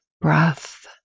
breath